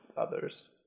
others